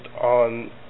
on